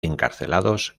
encarcelados